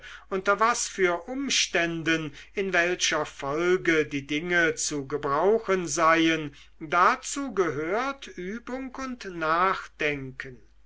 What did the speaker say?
unter was für umständen in welcher folge die dinge zu gebrauchen seien dazu gehört übung und nachdenken